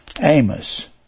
Amos